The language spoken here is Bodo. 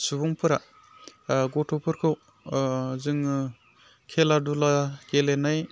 सुबुंफोरा गथ'फोरखौ जोङो खेला धुला गेलेनाय